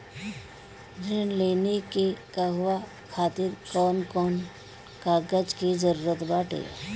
ऋण लेने के कहवा खातिर कौन कोन कागज के जररूत बाटे?